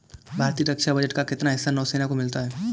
भारतीय रक्षा बजट का कितना हिस्सा नौसेना को मिलता है?